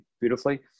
beautifully